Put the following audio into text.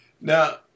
Now